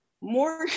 more